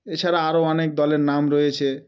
এছাড়া আরও অনেক দলের নাম রয়েছে